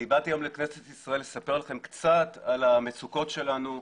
אני באתי היום לכנסת ישראל לספר לכם קצת על המצוקות שלנו.